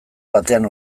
batean